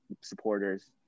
supporters